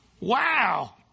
wow